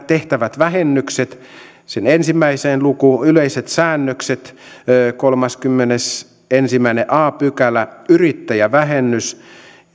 tehtävät vähennykset sen yhteen lukuun yleiset säännökset lisätään kolmaskymmenesensimmäinen a pykälä yrittäjävähennys